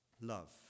love